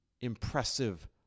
impressive